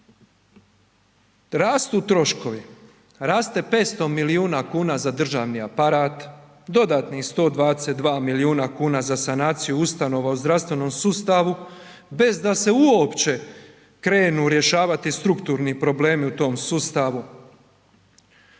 rastu troškovi, raste 500 milijuna kuna za državni aparat, dodatni 122 milijuna kuna za sanaciju ustanova u zdravstvenom sustavu bez da se uopće krenu rješavati strukturni problemi u tom sustavu.